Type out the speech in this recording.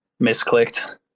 Misclicked